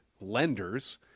lenders